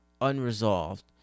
unresolved